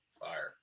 fire